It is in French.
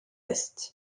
est